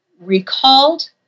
recalled